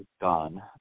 gone